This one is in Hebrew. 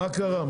מה קרה?